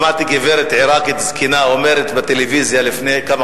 שמעתי גברת עירקית זקנה אומרת בטלוויזיה לפני כמה